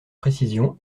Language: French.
précisions